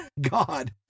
God